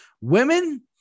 women